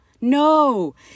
no